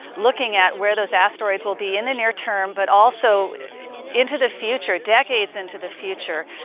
looking at where those asteroids will be in the near term but also into the future, decades into the future.